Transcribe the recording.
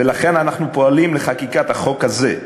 ולכן אנחנו פועלים לחקיקת החוק הזה.